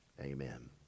Amen